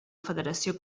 federació